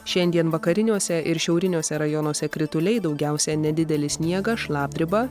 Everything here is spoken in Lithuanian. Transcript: šiandien vakariniuose ir šiauriniuose rajonuose krituliai daugiausia nedidelis sniegas šlapdriba